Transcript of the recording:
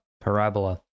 parabola